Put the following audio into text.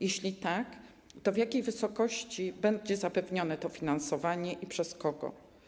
Jeśli tak, to w jakiej wysokości będzie zapewnione to finansowanie i przez kogo?